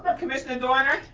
ah commissioner doerner?